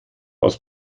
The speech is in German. aus